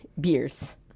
Beers